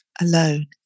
alone